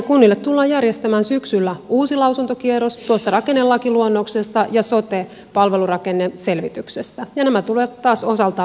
kunnille tullaan järjestämään syksyllä uusi lausuntokierros tuosta rakennelakiluonnoksesta ja sote palvelurakenneselvityksestä ja nämä tulevat taas osaltaan vaikuttamaan tähän jatkotyöstämiseen